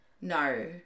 No